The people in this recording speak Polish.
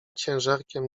ciężarkiem